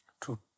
True